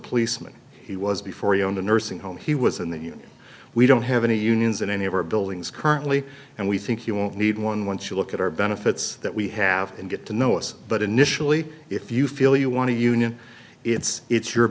policeman he was before he owned a nursing home he was in the union we don't have any unions in any of our buildings currently and we think you won't need one once you look at our benefits that we have and get to know us but initially if you feel you want to union it's it's your